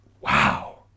Wow